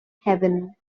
heaven